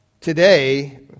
today